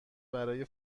برای